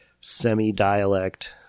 semi-dialect